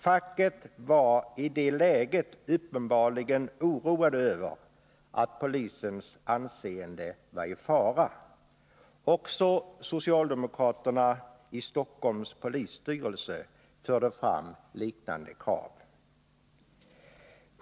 Facket var i det läget uppenbarligen oroat över att polisens anseende var i fara. Också socialdemokraterna i Stockholms polisstyrelse förde fram liknande krav.